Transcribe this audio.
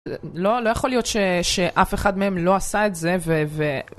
לא יכול להיות שאף אחד מהם לא עשה את זה ו...